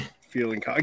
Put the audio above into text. feeling